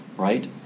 right